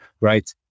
right